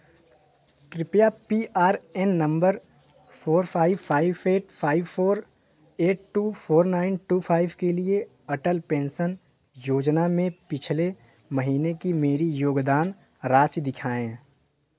कृपया P R N number four five five eight five four eight two four nine two five के लिए Atal pension Yojana में पिछले महीने की मेरी योगदान राशि दिखाएँ